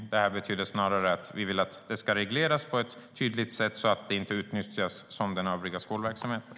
Det betyder snarare att vi vill att det ska regleras på ett tydligt sätt så att det inte utnyttjas som i den övriga skolverksamheten.